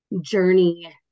journey